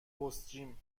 پستچیم